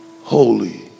Holy